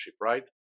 right